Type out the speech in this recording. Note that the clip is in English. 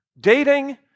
dating